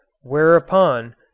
whereupon